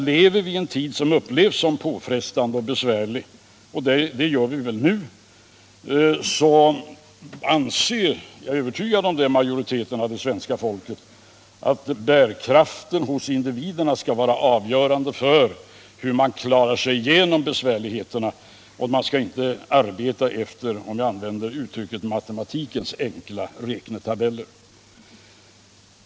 Lever vi i en tid som känns påfrestande och besvärlig, och det gör vi väl nu, så anser majoriteten av det svenska folket — det är jag övertygad om — att bärkraften hos individerna skall vara avgörande för hur man klarar sig genom besvärligheterna. Man skall inte arbeta efter — om jag använder det uttrycket —- matematikens enkla räknetabeller.